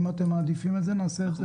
אם אתם מעדיפים את זה, נעשה את זה.